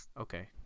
Okay